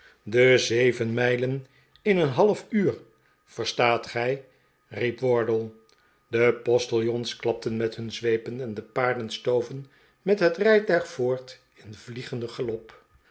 de even mijlen in een half uur verstaat gij riep wardle de postiljons klapten met nun zweepen en de paarden stoven met het rijtuig voort in vliegenden galop